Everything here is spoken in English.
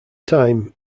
time